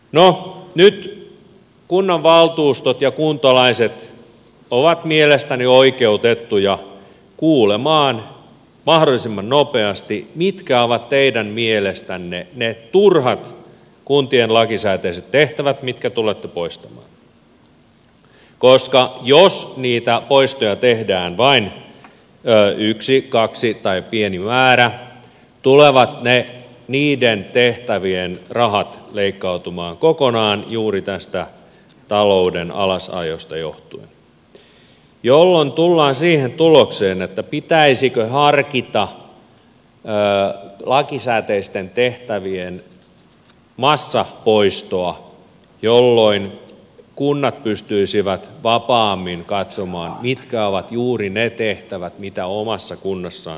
no nyt kunnanvaltuustot ja kuntalaiset ovat mielestäni oikeutettuja kuulemaan mahdollisimman nopeasti mitkä ovat teidän mielestänne ne turhat kuntien lakisääteiset tehtävät mitkä tulette poistamaan koska jos niitä poistoja tehdään vain yksi kaksi tai pieni määrä tulevat ne niiden tehtävien rahat leikkautumaan kokonaan juuri tästä talouden alasajosta johtuen jolloin tullaan siihen tulokseen että pitäisikö harkita lakisääteisten tehtävien massapoistoa jolloin kunnat pystyisivät vapaammin katsomaan mitkä ovat juuri ne tehtävät mitä omassa kunnassa tarvitaan